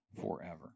forever